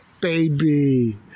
baby